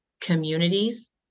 communities